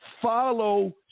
follow